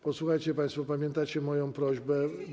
Posłuchajcie państwo, pamiętacie moją prośbę?